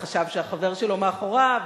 חשב שהחבר שלו מאחוריו,